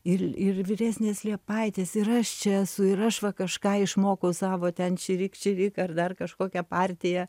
ir ir vyresnės liepaitės ir aš čia esu ir aš va kažką išmokau savo ten čirik čirik ar dar kažkokią partiją